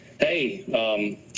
hey